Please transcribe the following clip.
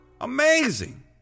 Amazing